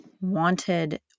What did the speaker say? wanted